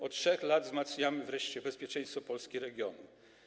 Od 3 lat wzmacniamy wreszcie bezpieczeństwo Polski i regionu.